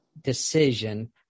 decision